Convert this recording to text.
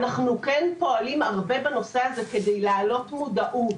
אנחנו כן פועלים הרבה בנושא הזה כדי להעלות מודעות,